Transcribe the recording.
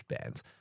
bands